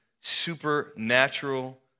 supernatural